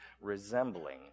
resembling